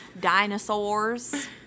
dinosaurs